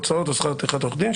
הוצאות או שכר טרחת עורך דין,